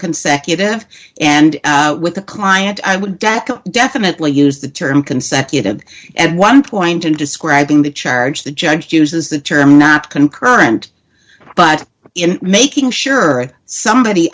consecutive and with a client i would definitely use the term consecutive at one point in describing the charge the judge uses the term not concurrent but in making sure somebody